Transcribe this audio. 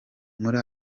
muri